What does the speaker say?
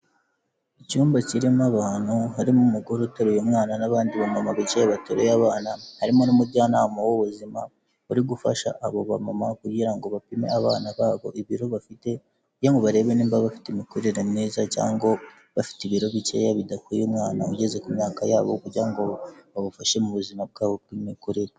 Icyumba kirimo abantu, harimo umugore uteruye umwana n'abandi bamama bicaye bateruye abana, harimo n'umujyanama w'ubuzima uri gufasha abo bamama kugira ngo bapime abana babo ibiro bafite, kugira ngo barebe niba bafite imikurire myiza cyangwa bafite ibiro bikeya bidakwiye umwana ugeze ku myaka yabo, kugira ngo babafashe mu buzima bwabo bw'imikurire.